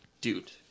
dude